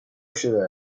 شده